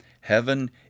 Heaven